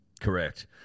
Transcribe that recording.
Correct